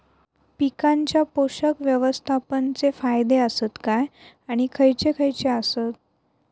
पीकांच्या पोषक व्यवस्थापन चे फायदे आसत काय आणि खैयचे खैयचे आसत?